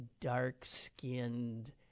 dark-skinned